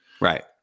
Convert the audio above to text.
right